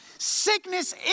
Sickness